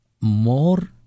more